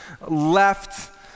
left